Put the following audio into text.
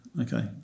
Okay